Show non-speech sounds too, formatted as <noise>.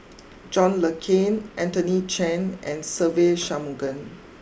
<noise> John Le Cain Anthony Chen and Se Ve Shanmugam